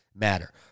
matter